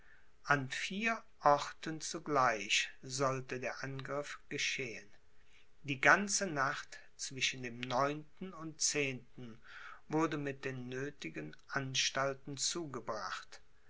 an vier orten zugleich sollte der angriff geschehen die ganze nacht zwischen dem neunten und zehnten wurde mit den nöthigen anstalten zugebracht